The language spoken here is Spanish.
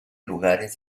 lugares